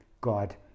God